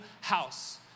house